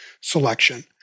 selection